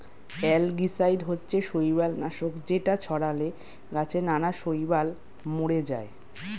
algicide হচ্ছে শৈবাল নাশক যেটা ছড়ালে গাছে নানা শৈবাল মরে যায়